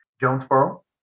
Jonesboro